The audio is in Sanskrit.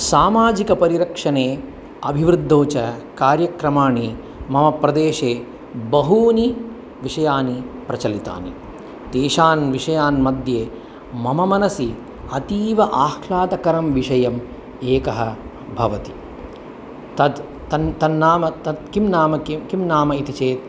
सामाजिक परिरक्षणे अभिवृद्धौ च कार्यक्रमाणि मम प्रदेशे बहूनि विषयानि प्रचलितानि तेषान् विषयान् मध्ये मम मनसि अतीव आह्लादकरं विषयम् एकः भवति तत् तन् तन्नाम तत्किं नाम किं नाम इति चेत्